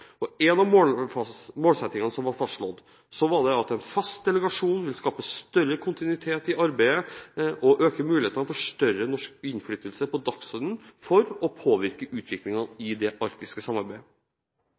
En av målsettingene som ble fastslått, var at en fast delegasjon ville skape større kontinuitet i arbeidet og øke mulighetene for å sette større norsk innflytelse på dagsordenen for å påvirke utviklingen i